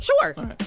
Sure